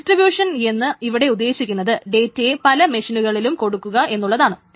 distribution എന്ന് ഇവിടെ ഉദ്ദേശിക്കുന്നത് ഡേറ്റയെ പല മെഷീനുകളിലും കൊടുക്കുക എന്നുള്ളതാണ്